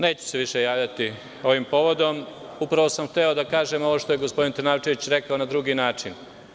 Neću se više javljati ovim povodom, upravo sam hteo da kažem ovo što je gospodin Trnavčević rekao na drugi način.